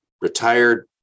retired